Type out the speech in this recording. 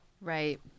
Right